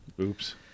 oops